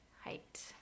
Height